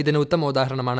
ഇതിന് ഉത്തമോദാഹരണമാണ്